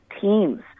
teams